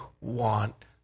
want